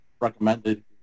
recommended